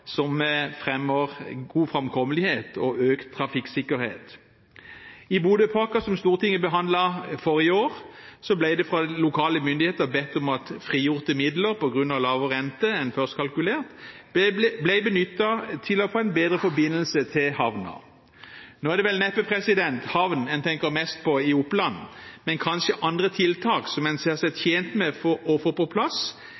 som fremmer god framkommelighet og økt trafikksikkerhet. I Bodøpakken, som Stortinget behandlet forrige år, ble det av lokale myndigheter bedt om at frigjorte midler på grunn av lavere rente enn først kalkulert ble benyttet til å få en bedre forbindelse til havna. Nå er det vel neppe havn en tenker mest på i Oppland, men kanskje andre tiltak som en ser seg tjent med å få på plass